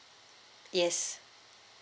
yes